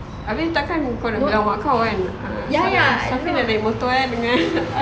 abeh takkan kau nak bilang mak kau kan safi nak naik motor dengan